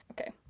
Okay